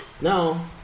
Now